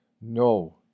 No